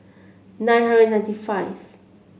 nine hundred ninety five